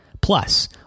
Plus